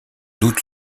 doute